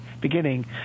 beginning